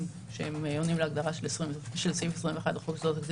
שעונים להגדרה של סעיף 21 לחוק יסודות התקציב,